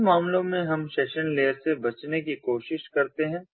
कुछ मामलों में हम सेशन लेयर से बचने की कोशिश करते हैं